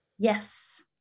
Yes